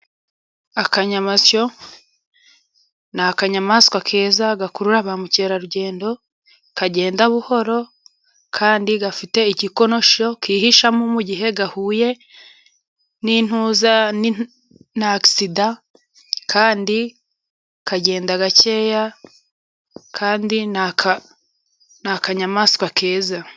Akanyamasyo ni akanyamaswa keza， gakurura ba mukerarugendo， kagenda buhoro， kandi gafite igikonosho kihishamo mugihe gahuye n'agisida，kandi kagenda gakeya， kandi ni akanyamaswa keza.